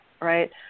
right